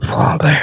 Father